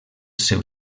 seu